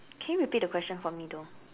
can you repeat the question for me though